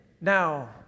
Now